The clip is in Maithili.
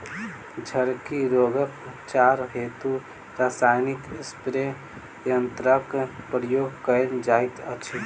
झड़की रोगक उपचार हेतु रसायनिक स्प्रे यन्त्रकक प्रयोग कयल जाइत अछि